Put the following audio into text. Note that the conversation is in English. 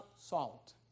salt